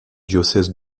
diocèse